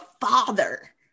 father